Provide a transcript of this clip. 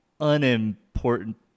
unimportant